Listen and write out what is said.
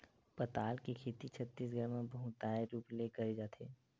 पताल के खेती छत्तीसगढ़ म बहुताय रूप ले करे जाथे